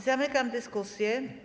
Zamykam dyskusję.